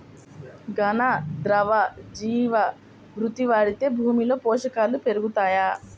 ఘన, ద్రవ జీవా మృతి వాడితే భూమిలో పోషకాలు పెరుగుతాయా?